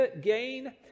gain